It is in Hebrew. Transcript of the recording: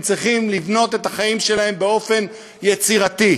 הם צריכים לבנות את החיים שלהם באופן יצירתי.